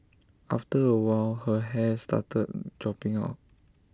after A while her hair started dropping out